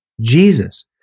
Jesus